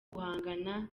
guhangana